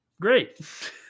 Great